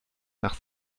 nach